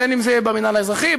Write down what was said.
בין שזה במינהל האזרחי,